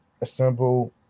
assemble